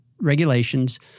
regulations